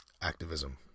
Activism